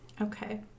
Okay